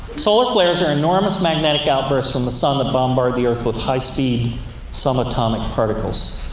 solar flares are enormous magnetic outbursts from the sun that bombard the earth with high-speed subatomic particles.